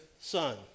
son